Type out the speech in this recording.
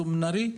סומנרי,